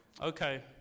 Okay